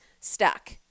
stuck